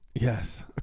Yes